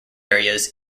areas